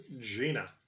Gina